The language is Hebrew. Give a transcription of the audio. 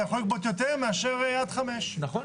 אתה יכול לגבות יותר מאשר עד 5. למה?